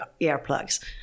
earplugs